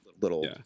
little